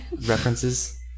references